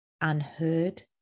unheard